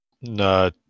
No